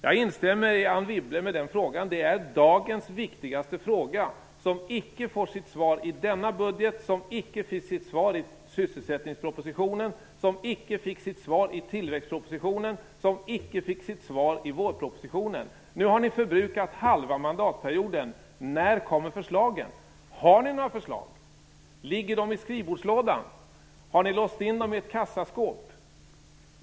Jag instämmer med Anne Wibble: Det är dagens viktigaste fråga, som icke får sitt svar i denna budget, som icke fick sitt svar i sysselsättningspropositionen, som icke fick sitt svar i tillväxtpropositionen och som icke fick sitt svar i vårpropositionen. Nu har ni förbrukat halva mandatperioden. När kommer förslagen? Har ni några förslag? Ligger de i skrivbordslådan? Har ni låst in dem i ett kassaskåp?